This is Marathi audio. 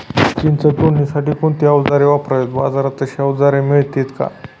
चिंच तोडण्यासाठी कोणती औजारे वापरावीत? बाजारात अशी औजारे मिळतात का?